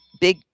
big